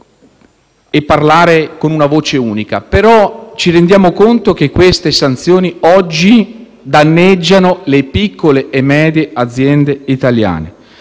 e parlare con una voce unica. Ci rendiamo conto però che queste sanzioni oggi danneggiano le piccole e medie aziende italiane.